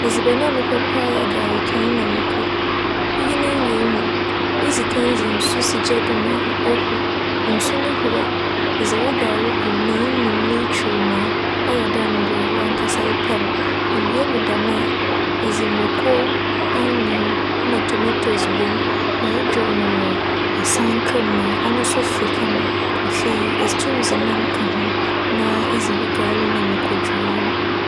Edziban a mepɛ paa yɛ garekae na muoko. Iyi ne nyɛe mu no, idzi kan dze nsu si gya do ma ohur. Nsu no hur a edzi wo gare gu mu na inu mu na itwuw ma ͻyɛ dɛ mbrɛ wankasa epɛ no. Iwie no dɛm a, edze muoko, anwew na tomatoes bͻ mu na edwow no wͻ asanka mu ma ͻno so fe kama. Afei, itum dze nam ka ho na idzi wo gare na muoko dwowee no.